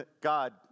God